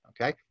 okay